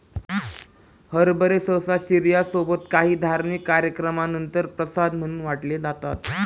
हरभरे सहसा शिर्या सोबत काही धार्मिक कार्यक्रमानंतर प्रसाद म्हणून वाटले जातात